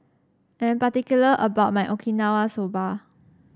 I am particular about my Okinawa Soba